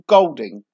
Golding